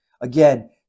again